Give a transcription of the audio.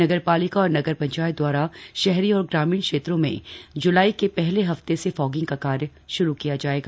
नगरपालिका और नगर पंचायत द्वारा शहरी और ग्रामीण क्षेत्रों में ज्लाई के पहले हफ्ते से फॉगिंग का कार्य श्रू किया जाएगा